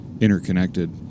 interconnected